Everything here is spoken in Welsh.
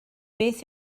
beth